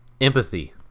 empathy